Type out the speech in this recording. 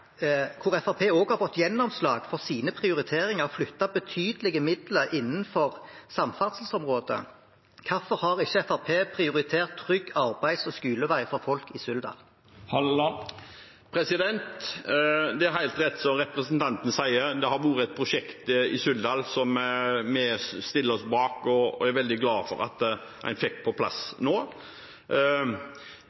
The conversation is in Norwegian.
hvor Fremskrittspartiet også har fått gjennomslag for sine prioriteringer og har flyttet betydelige midler innenfor samferdselsområdet, hvorfor har ikke Fremskrittspartiet prioritert trygg arbeids- og skolevei for folk i Suldal? Det er helt rett, som representanten Kalsås sier, at det har vært et prosjekt i Suldal som vi stiller oss bak, og som jeg er veldig glad for at en fikk på plass